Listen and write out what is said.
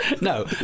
No